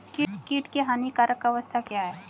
कीट की हानिकारक अवस्था क्या है?